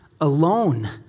alone